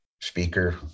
speaker